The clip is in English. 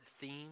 theme